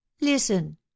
listen